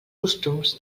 costums